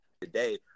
today